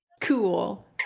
cool